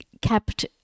kept